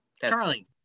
Charlie